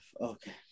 Okay